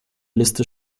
liste